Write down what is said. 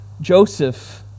Joseph